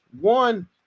one